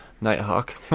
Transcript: Nighthawk